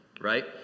right